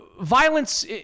violence